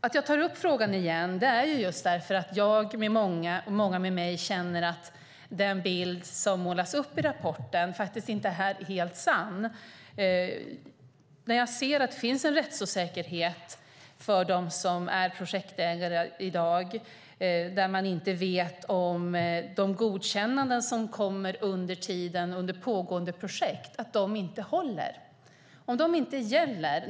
Att jag tar upp frågan igen är för att jag och många med mig känner att den bild som målas upp i rapporten faktiskt inte är helt sann. Jag ser att det finns en rättsosäkerhet för dem som är projektägare i dag. Man vet inte om de godkännanden som kommer under pågående projekt håller.